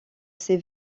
ses